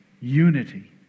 unity